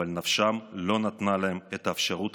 אבל נפשם לא נתנה להם את האפשרות